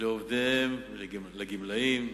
לעובדיהן ולגמלאיהן.